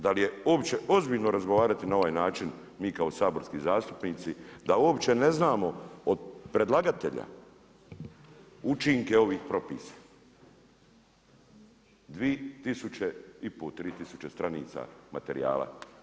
Da li je uopće ozbiljno razgovarati na ovaj način, mi kao saborski zastupnici, da uopće ne znamo od predlagatelja učinke ovih propisa, 2500, 3000 stranica materijala.